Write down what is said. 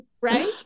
Right